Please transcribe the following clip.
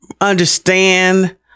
Understand